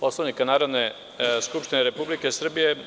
Poslovnika Narodne skupštine Republike Srbije.